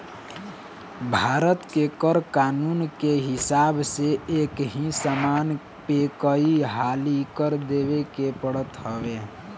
भारत के कर कानून के हिसाब से एकही समान पे कई हाली कर देवे के पड़त हवे